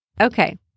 Okay